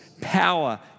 power